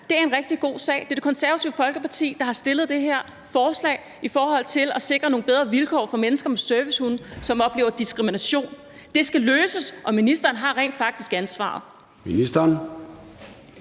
her er en rigtig god sag. Det er Det Konservative Folkeparti, der har fremsat det her forslag i forhold til at sikre nogle bedre vilkår for mennesker med servicehunde, som oplever diskrimination. Det skal løses, og ministeren har rent faktisk ansvaret.